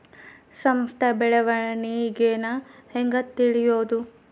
ಸಂಸ್ಥ ಬೆಳವಣಿಗೇನ ಹೆಂಗ್ ತಿಳ್ಯೇದು